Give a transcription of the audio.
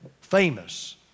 famous